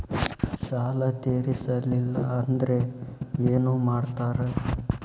ಸಾಲ ತೇರಿಸಲಿಲ್ಲ ಅಂದ್ರೆ ಏನು ಮಾಡ್ತಾರಾ?